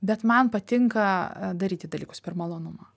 bet man patinka daryti dalykus per malonumą